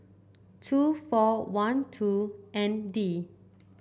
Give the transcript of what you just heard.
two four one two N D